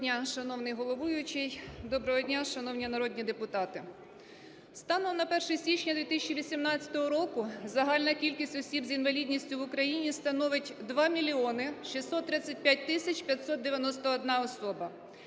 Доброго дня, шановний головуючий. Доброго дня, шановні народні депутати. Станом на 1 січня 2018 року загальна кількість осіб з інвалідністю в Україні становить 2 мільйони 635 тисяч 591 особа.